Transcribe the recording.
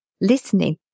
listening